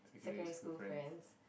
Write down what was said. secondary school friends